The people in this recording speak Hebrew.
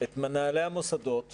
את מנהלי המוסדות